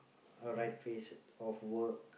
a right phase of work